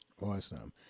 Awesome